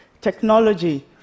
technology